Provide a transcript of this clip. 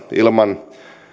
ilman